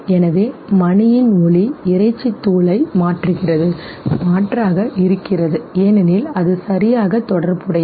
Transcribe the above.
எனவே மணியின் ஒலி இறைச்சி தூளை மாற்றுகிறது மாற்றாக இருக்கிறது ஏனெனில் அது சரியாக தொடர்புடையது